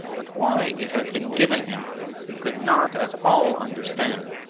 but why it had been given him he could not at all understand,